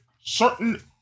certain